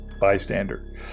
bystander